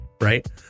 right